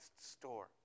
store